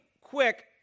quick